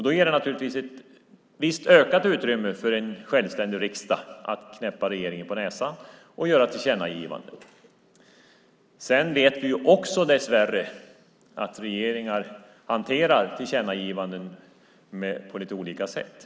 Det ger naturligtvis ett visst ökat utrymme för en självständig riksdag att knäppa regeringen på näsan och göra tillkännagivanden. Vi vet också dessvärre att regeringar hanterar tillkännagivanden på lite olika sätt.